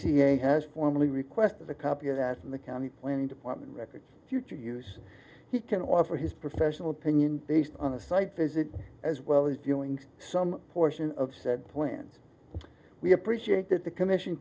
c a has formally requested a copy of that and the county planning department records future use he can offer his professional opinion based on a site visit as well as doing some portion of said plans we appreciate that the commission